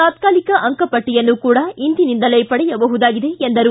ತಾತ್ಕಾಲಿಕ ಅಂಕಪಟ್ಟಿಯನ್ನು ಕೂಡ ಇಂದಿನಿಂದಲೇ ಪಡೆಯಬಹುದಾಗಿದೆ ಎಂದರು